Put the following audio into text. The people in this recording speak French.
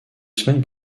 semaines